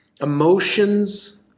emotions